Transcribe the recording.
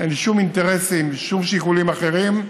אין שום אינטרסים, שום שיקולים אחרים,